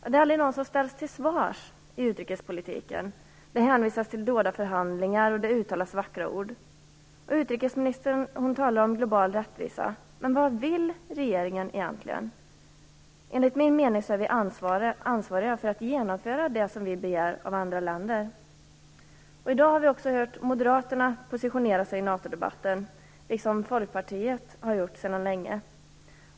Det är aldrig någon som ställs till svars i utrikespolitiken. Det hänvisas till dolda förhandlingar, och det uttalas vackra ord. Utrikesministern talar om global rättvisa. Men vad vill regeringen egentligen? Enligt min mening är vi ansvariga för att genomföra det som vi begär av andra länder. I dag har vi också hört Moderaterna positionera sig i NATO-debatten, vilket också Folkpartiet gör sedan länge.